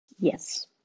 Yes